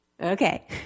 Okay